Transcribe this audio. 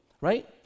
right